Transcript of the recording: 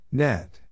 net